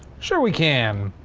sure we can.